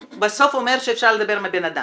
בסוף הוא אומר שאפשר לדבר עם הבן אדם.